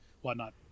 whatnot